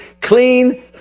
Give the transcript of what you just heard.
clean